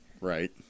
Right